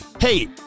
Hey